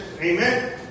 Amen